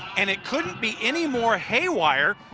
and it couldn't be anymore haywire.